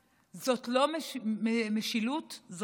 זאת לא משילות, זאת עריצות.